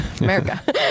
America